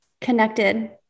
connected